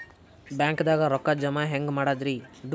ಬ್ಯಾಂಕ್ದಾಗ ರೊಕ್ಕ ಜಮ ಹೆಂಗ್ ಮಾಡದ್ರಿ?